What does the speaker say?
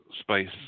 space